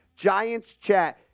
GiantsChat